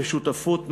בשותפות מלאה,